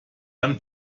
dann